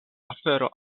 afero